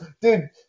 Dude